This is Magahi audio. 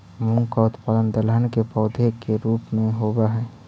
मूंग का उत्पादन दलहन के पौधे के रूप में होव हई